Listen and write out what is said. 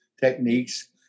techniques